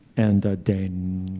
and dane